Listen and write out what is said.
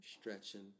stretching